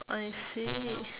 I see